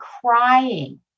crying